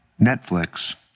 Netflix